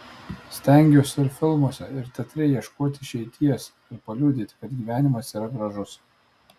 stengiuosi ir filmuose ir teatre ieškoti išeities ir paliudyti kad gyvenimas yra gražus